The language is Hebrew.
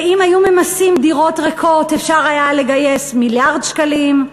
ואם היו ממסים דירות ריקות אפשר היה לגייס מיליארד שקלים,